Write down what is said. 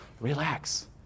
relax